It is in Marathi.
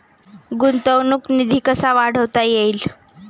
गुंतवणूक निधी कसा वाढवता येईल?